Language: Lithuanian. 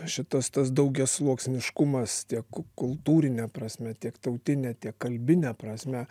šitas tas daugiasluoksniškumas tiek kultūrine prasme tiek tautine tiek kalbine prasme